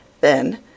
Then